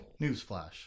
Newsflash